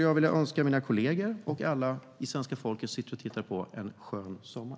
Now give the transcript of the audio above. Jag önskar mina kollegor och alla i svenska folket som sitter och tittar på detta en skön sommar.